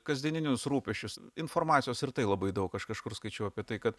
kasdieninius rūpesčius informacijos ir tai labai daug aš kažkur skaičiau apie tai kad